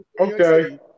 okay